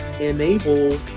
enable